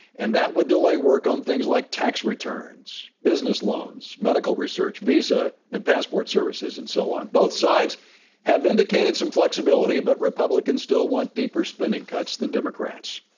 and that would delay work on things like tax returns, business loans, medical research, visa and passport services, and so on. both sides have indicated some flexibility, but republicans still want deeper spending cuts than democrats.